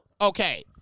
Okay